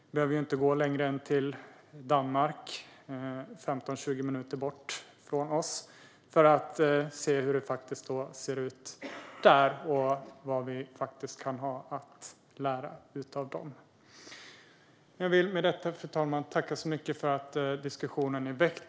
Vi behöver ju inte gå längre än till Danmark, 15-20 minuter från Sverige, för att se hur det ser ut där och vad vi kan lära av dem. Fru talman! Jag tackar för att diskussionen har väckts.